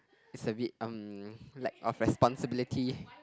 it's a bit um lack of responsibility